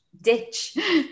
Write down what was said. ditch